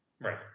right